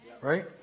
Right